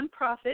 Nonprofit